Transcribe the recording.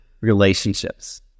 relationships